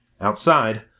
Outside